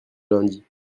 lundi